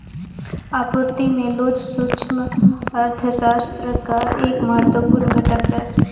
आपूर्ति में लोच सूक्ष्म अर्थशास्त्र का एक महत्वपूर्ण घटक है